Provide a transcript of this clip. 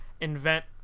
invent